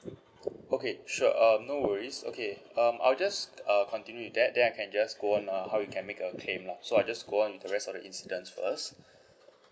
okay sure um no worries okay um I'll just uh continue with that then I can just go on uh how you can make a claim lah so I just go on with the rest of the incidents first